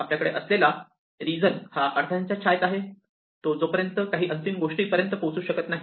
आपल्याकडे असलेला रिजन हा अडथळ्यांच्या छायेत आहे जो कधीही अंतिम गोष्टीपर्यंत पोहोचू शकत नाही